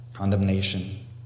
condemnation